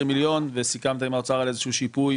מיליון וסיכמת עם האוצר על איזשהו שיפוי.